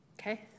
Okay